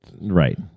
Right